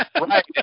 Right